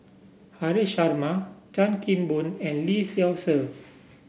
Haresh Sharma Chan Kim Boon and Lee Seow Ser